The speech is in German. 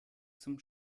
zum